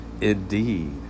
Indeed